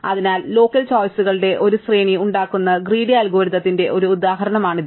അതിനാൽ ലോക്കൽ ചോയ്സുകളുടെ ഒരു ശ്രേണി ഉണ്ടാക്കുന്ന ഗ്രീഡി അൽഗോരിതത്തിന്റെ ഒരു ഉദാഹരണമാണിത്